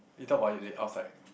we talk about it lat~ outside